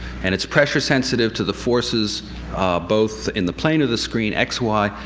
and it's pressure-sensitive to the forces both in the plane of the screen x, y,